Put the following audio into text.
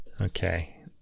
okay